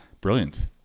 Brilliant